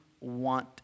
want